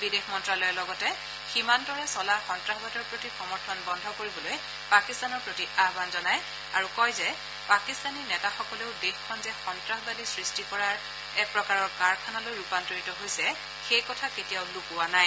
বিদেশ মন্তালয়ে লগতে সীমান্তৰে চলা সন্তাসবাদৰ প্ৰতি সমৰ্থন বন্ধ কৰিবলৈ পাকিস্তানৰ প্ৰতি আহ্বন জনায় আৰু কয় যে পাকিস্তানী নেতাসকলেও দেশখন যে সন্তাসবাদী সৃষ্টি কৰাৰ এক প্ৰকাৰৰ কাৰখানালৈ ৰূপান্তৰিত হৈছে সেইকথা কেতিয়াওঁ লুকুওৱা নাই